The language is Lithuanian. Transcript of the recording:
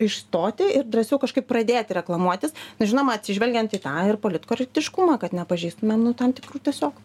išstoti ir drąsiau kažkaip pradėti reklamuotis žinoma atsižvelgiant į tą ir politkorektiškumą kad nepažįstumėm nu tam tikrų tiesiog